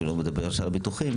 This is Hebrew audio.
ואני לא מדבר על שאר הביטוחים,